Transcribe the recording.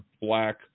black